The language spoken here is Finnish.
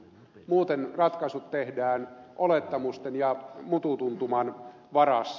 muuten ratkaisut tehdään olettamusten ja mutu tuntuman varassa